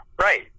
Right